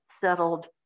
settled